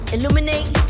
Illuminate